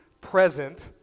present